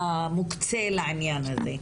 המוקצה לעניין הזה.